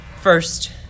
first